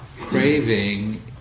craving